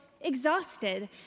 exhausted